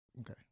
Okay